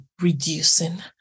reducing